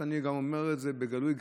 אני אומר את זה בגלוי,